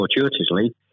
fortuitously